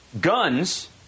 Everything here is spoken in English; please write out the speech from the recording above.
Guns